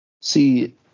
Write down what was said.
See